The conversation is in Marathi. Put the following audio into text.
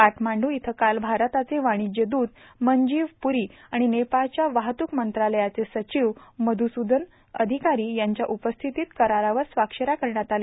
काठमांडू इथं काल भारताचे वाणिज्यदूत मनजीव पुरी आणि नेपाळच्या वाहतूक मंत्रालयाचे सचिव मध्सूदन अधिकारी यांच्या उपस्थितीत करारावर स्वाक्ष या करण्यात आल्या